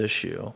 issue